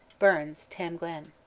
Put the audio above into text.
burns tam glen.